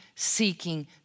Seeking